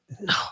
no